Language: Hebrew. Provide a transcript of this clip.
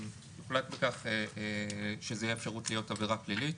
הוחלט על כך שזה יהיה אפשרות להיות עבירה פלילית.